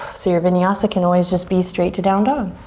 so your vinyasa can always just be straight to down dog.